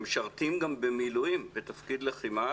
שמשרתים גם במילואים בתפקיד לחימה,